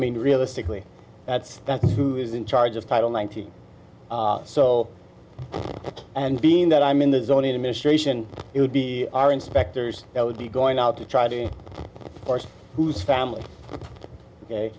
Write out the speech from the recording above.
mean realistically that's that's who is in charge of title ninety so and being that i'm in the zone administration it would be our inspectors that would be going out to try to force whose family